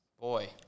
Boy